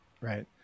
Right